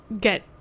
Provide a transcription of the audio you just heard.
get